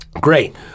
Great